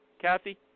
Kathy